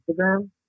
Instagram